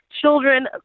Children